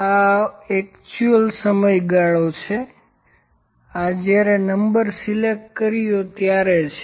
આ વાસ્તવિક સમયગાળો છે આ જ્યારે નંબર સિલેક્ટ કર્યો ત્યારે છે